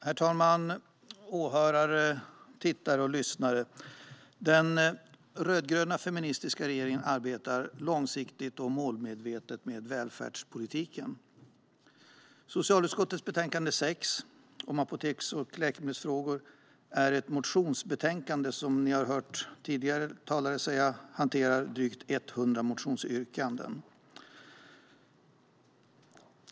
Herr talman! Åhörare, tittare och lyssnare! Den rödgröna feministiska regeringen arbetar långsiktigt och målmedvetet med välfärdspolitiken. Socialutskottets betänkande 6 om apoteks och läkemedelsfrågor är ett motionsbetänkande som, vilket ni har hört tidigare talare säga, hanterar drygt 100 motionsyrkanden.